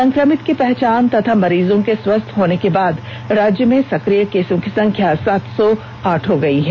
संक्रमित की पहचान तथा मरीजों के स्वस्थ होने के बाद राज्य में सक्रिय केसों की संख्या सात सौ आठ हो गई है